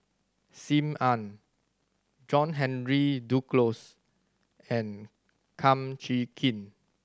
Sim Ann John Henry Duclos and Kum Chee Kin